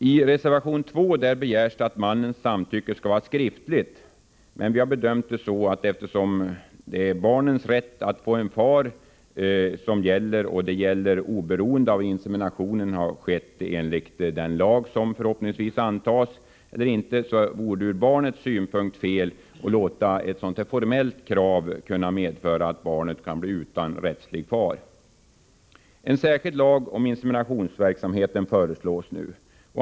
I reservation 2 krävs det att mannens samtycke skall vara skriftligt, men eftersom barnens rätt att få en far gäller oberoende av om inseminationen skett enligt den inseminationslag som vi förhoppningsvis kommer att anta, eller inte, vore det ur barnets synpunkt fel att låta ett sådant formellt krav kunna medföra att barnet kan bli utan rättslig far. En särskild lag om inseminationsverksamheten föreslås.